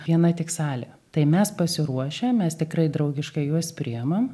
viena tik salė tai mes pasiruošę mes tikrai draugiškai juos priimam